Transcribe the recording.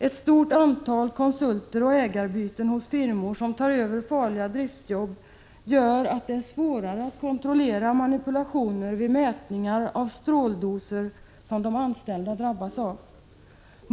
Ett stort antal konsulter och ägarbyten hos firmor som tar över farliga driftsjobb gör det svårare att kontrollera manipulationer vid mätningar av stråldoser som de anställda drabbas av.